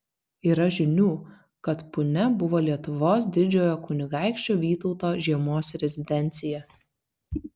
yra žinių kad punia buvo lietuvos didžiojo kunigaikščio vytauto žiemos rezidencija